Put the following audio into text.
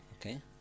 Okay